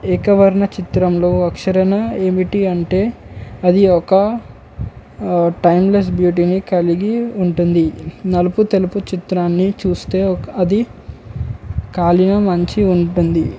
ఏకవర్ణ చిత్రంలో అక్షరణ ఏమిటి అంటే అది ఒక టైంలెస్ బ్యూటీని కలిగి ఉంటుంది నలుపు తెలుపు చిత్రాన్ని చూస్తే ఒక అది కాలీన మంచి ఉంటుంది